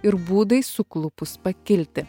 ir būdai suklupus pakilti